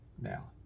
now